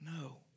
No